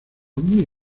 muy